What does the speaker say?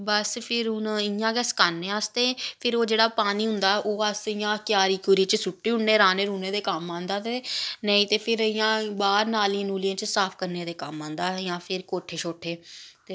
बस फिर हून इ'यां गै सकाने अस ते फिर ओह् जेह्ड़ा पानी होंदा ओह् अस इ'यां क्यारी क्युरी च सुट्टी ओड़ने राह्ने रुह्ने दे कम्म औंदा ते नेईं ते फिर इ'यां बाह्र नालियें नूलियें च साफ करने दे कम्म आंदा हा जां फिर कोठे शोठे